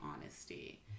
honesty